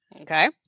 Okay